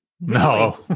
No